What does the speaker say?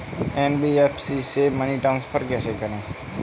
NBFC से money transfer कैसे करें?